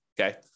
Okay